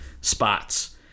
spots